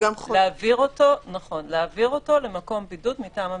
להעביר אותו למקום בידוד מטעם המדינה,